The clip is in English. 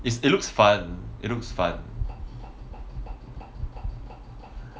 is it looks fun it looks fun